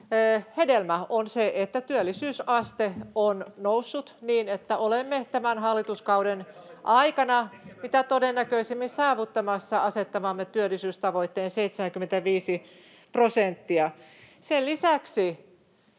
hedelmä on, että työllisyysaste on noussut niin, että olemme tämän hallituskauden aikana mitä todennäköisimmin saavuttamassa asettamamme työllisyystavoitteen 75 prosenttia. Sen lisäksi